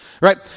right